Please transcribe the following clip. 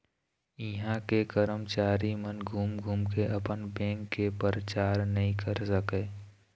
इहां के करमचारी मन घूम घूम के अपन बेंक के परचार नइ कर सकय